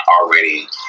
already